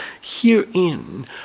herein